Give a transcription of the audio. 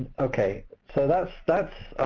okay, so that's that's